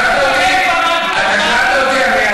אתה שאלת אותי?